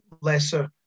lesser